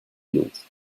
fields